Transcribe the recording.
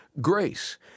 Grace